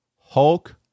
Hulk